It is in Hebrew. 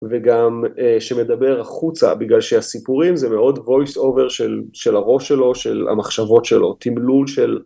וגם שמדבר החוצה בגלל שהסיפורים זה מאוד voice over של הראש שלו, של המחשבות שלו, תמלול של